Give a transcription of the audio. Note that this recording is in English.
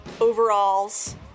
overalls